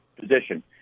position